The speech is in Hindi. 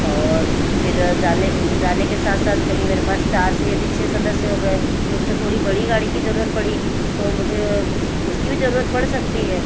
और फिर जाने जाने के साथ साथ कभी मेरे पास चार से यदि छ सदस्य हो गए तो उससे थोड़ी बड़ी गाड़ी की जरूरत पड़ी तो मुझे उसकी भी जरूरत पड़ सकती है